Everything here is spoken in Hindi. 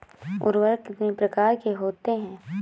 उर्वरक कितनी प्रकार के होता हैं?